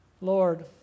Lord